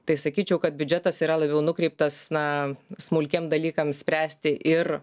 tai sakyčiau kad biudžetas yra labiau nukreiptas na smulkiem dalykam spręsti ir